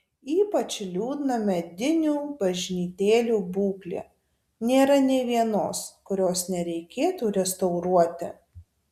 ypač liūdna medinių bažnytėlių būklė nėra nė vienos kurios nereikėtų restauruoti